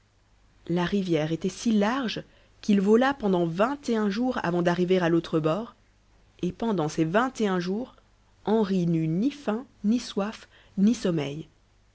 la rivière était si large qu'il vola pendant vingt et un jours avant d'arriver à l'autre bord et pendant ces vingt et un'jours henri n'eut ni faim ni soif ni sommeil